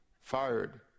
Fired